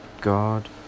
God